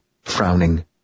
frowning